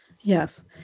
Yes